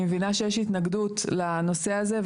אני מבינה שיש התנגדות לנושא הזה,